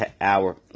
hour